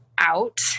out